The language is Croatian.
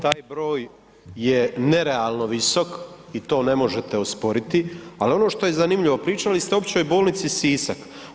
Taj broj je nerealno visok i to ne možete osporiti, ali ono što je zanimljivo pričali ste o Općoj bolnici Sisak.